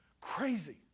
crazy